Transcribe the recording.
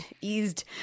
eased